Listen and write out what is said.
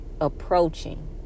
approaching